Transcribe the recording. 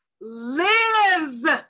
lives